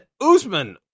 Usman